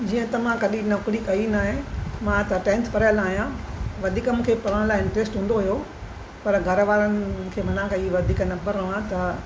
जीअं त मां कॾहिं नौकिरी कई न आहे मां त टेंथ पढ़ियल आहियां वधीक मूंखे पढ़ण लाइ इंट्रस्ट हूंदो हुयो पर घर वारनि मूंखे मञा कई वधीक न पढ़णो आहे त